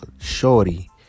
shorty